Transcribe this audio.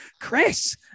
Chris